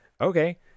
okay